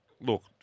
look